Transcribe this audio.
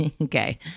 Okay